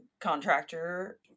contractor